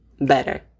Better